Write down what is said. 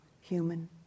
human